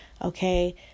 Okay